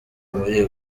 muri